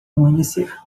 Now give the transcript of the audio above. amanhecer